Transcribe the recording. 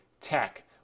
tech